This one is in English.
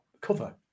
cover